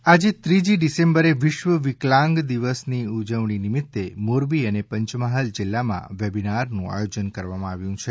દિવ્યાંગ દિવસ આજે ત્રીજી ડિસેમ્બરે વિશ્વ દિવ્યાંગ દિવસની ઉજવણી નિમિત્ત મોરબી અને પંચમહાલ જિલ્લામાં વેબીનારનું આયોજન કરવામાં આવ્યું છે